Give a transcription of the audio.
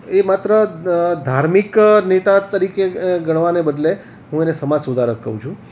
એ માત્ર ધાર્મિક નેતા તરીકે ગણવાને બદલે હું એને સમાજ સુધારક કહું છું